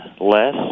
less